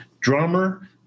drummer